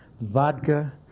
vodka